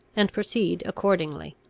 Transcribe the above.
and proceed accordingly.